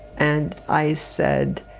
and i said,